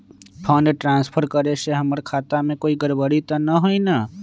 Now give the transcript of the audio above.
Fund transfer करे से हमर खाता में कोई गड़बड़ी त न होई न?